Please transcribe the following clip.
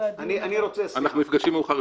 בשמחה.